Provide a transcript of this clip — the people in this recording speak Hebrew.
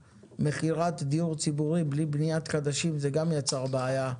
ומכירת דיור ציבורי בלי בנייה חדשה זה גם יצר בעיה,